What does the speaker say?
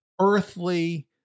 earthly